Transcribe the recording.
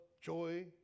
joy